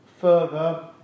further